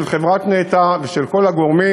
של חברת נת"ע ושל כל הגורמים.